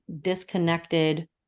disconnected